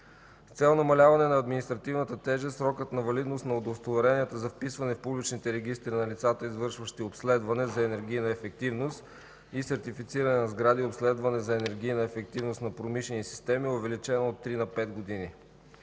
цел намаляване на административната тежест срокът на валидност на удостоверенията за вписване в публичните регистри на лицата, извършващи обследване за енергийна ефективност и сертифициране на сгради и обследване за енергийна ефективност на промишлени системи, е увеличен от 3 на 5 години.